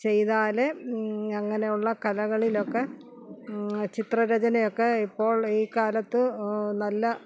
ചെയ്താലെ അങ്ങനെയുള്ള കലകളിലൊക്കെ ചിത്രരചനയൊക്കെ ഇപ്പോൾ ഈ കാലത്ത് നല്ല